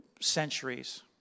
centuries